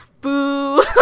boo